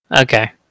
Okay